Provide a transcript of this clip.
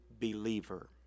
believer